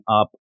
up